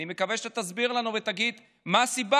אני מקווה שתסביר לנו ותגיד מה הסיבה,